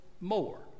more